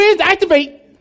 activate